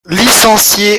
licenciée